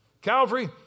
Calvary